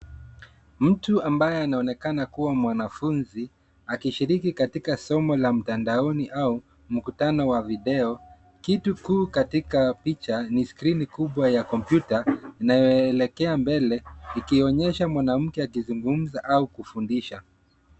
Mtu ambaye anaonekana kuwa mwanafunzi akishiriki katika somo la mtandaoni au mkutano wa video. Kitu kuu katika picha ni skrini kubwa ya kompyuta inayoelekea mbele ikionyesha mwanamke akizungumza au kufundisha.